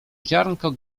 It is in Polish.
ziarnko